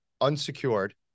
unsecured